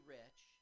rich